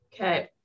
Okay